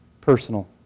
personal